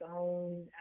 own